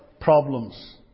problems